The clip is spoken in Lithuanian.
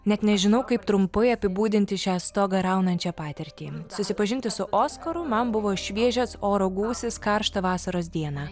net nežinau kaip trumpai apibūdinti šią stogą raunančią patirtį susipažinti su oskaru man buvo šviežias oro gūsis karštą vasaros dieną